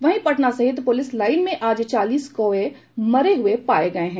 वहीं पटना स्थित police line में आज चालीस कौए मरे हुए पाये गये हैं